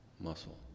muscle